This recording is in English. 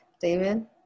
David